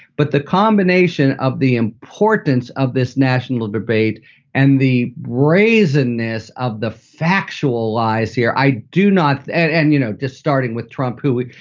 but the combination of the importance of this national debate and the brazenness of the factual lies here, i do not. and, you know, just starting with trump, who,